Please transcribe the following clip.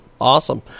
Awesome